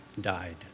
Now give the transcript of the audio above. died